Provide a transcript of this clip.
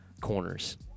corners